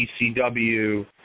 ECW